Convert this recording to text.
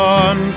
on